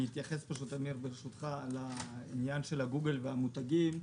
אני אתייחס, ברשותך, לעניין הגוגל והמותגים.